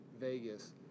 Vegas